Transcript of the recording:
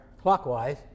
clockwise